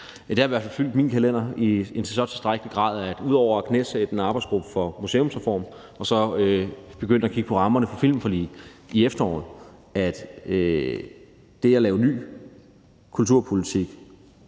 Det har i hvert fald fyldt min kalender i så høj grad, at ud over at nedsætte en arbejdsgruppe for museumsreformen og så begynde at kigge på rammerne for et filmforlig i efteråret er det at lave ny kulturpolitik